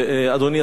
אדוני השר,